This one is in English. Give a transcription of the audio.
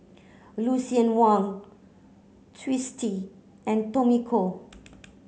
Lucien Wang Twisstii and Tommy Koh